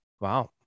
Wow